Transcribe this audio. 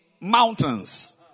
mountains